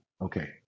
Okay